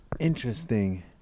Interesting